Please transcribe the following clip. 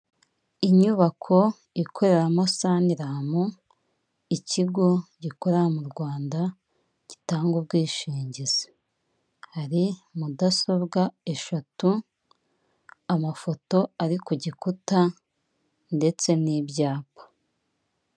inyubako ikoreramo saniramu ikigo gikorera mu Rwanda gitanga ubwishingizi hari mudasobwa eshatu amafoto ari ku gikuta ndetse n'ibyapa.